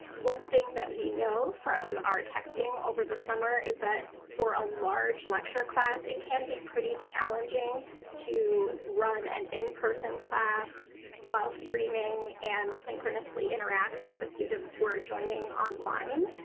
one thing that we know from our testing over the summer is that for a large lecture class, it can be pretty challenging to run an in person class while streaming and synchronously interact with the students who are joining online.